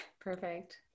perfect